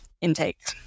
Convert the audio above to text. intake